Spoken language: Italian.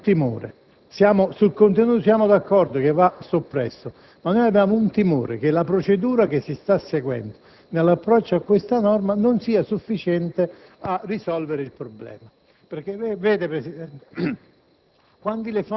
e il decreto‑legge. Sul contenuto siamo d'accordo, va soppresso, ma abbiamo il timore che la procedura che si sta seguendo nell'approccio a questa norma non sia sufficiente a risolvere il problema. Vede, signor Presidente,